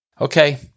Okay